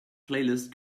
playlist